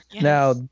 Now